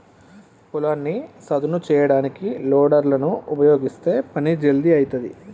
పొలాన్ని సదును చేయడానికి లోడర్ లను ఉపయీగిస్తే పని జల్దీ అయితది